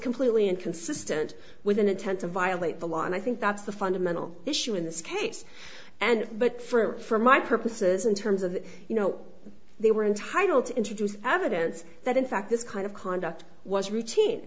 completely inconsistent with an intent to violate the law and i think that's the fundamental issue in this case and but for my purposes in terms of you know they were entitled to introduce evidence that in fact this kind of conduct was routine